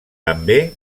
també